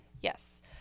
yes